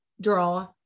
draw